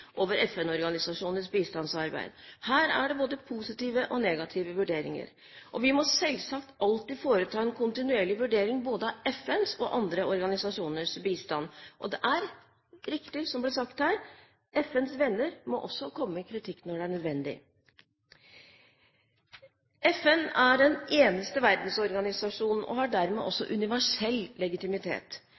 over FN-organisasjonenes bistandsarbeid. Her er det både positive og negative vurderinger, og vi må selvsagt alltid foreta en kontinuerlig vurdering både av FNs og av andre organisasjoners bistand. Det er riktig, som det ble sagt her: FNs venner må også komme med kritikk når det er nødvendig. FN er den eneste verdensorganisasjonen og har derfor også universell legitimitet.